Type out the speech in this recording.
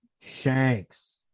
shanks